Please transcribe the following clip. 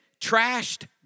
trashed